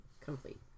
Complete